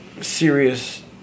serious